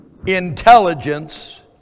intelligence